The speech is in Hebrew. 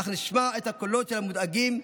אך נשמע את הקולות של המודאגים,